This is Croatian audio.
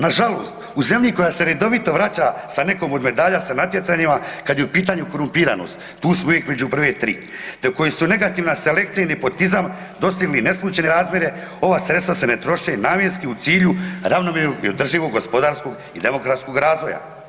Nažalost u zemlji koja se redovito vraća sa nekom od medalja sa natjecanja, kad je u pitanju korumpiranost tu smo uvijek među prve tri te u kojoj su negativna selekcija i nepotizam dostigli neslućene razmjere ova sredstava se ne troše namjenski u cilju ravnomjernog i održivog gospodarsko i demografskog razvoja.